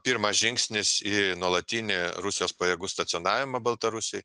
pirmas žingsnis į nuolatinį rusijos pajėgų stacionavimą baltarusijoj